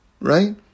right